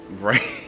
Right